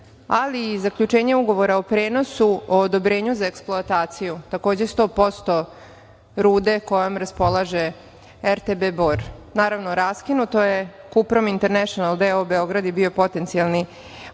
ali i zaključenje ugovora o prenosu, o odobrenju za eksploataciju takođe 100% rude kojom raspolaže RTB „Bor“. Naravno, raskinuto je. „Kuprom International“ d.o.o Beograd je bio potencijalni kupac.